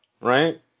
Right